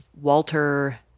Walter